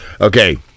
Okay